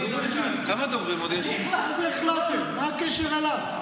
מה הקשר אליו?